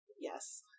Yes